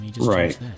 Right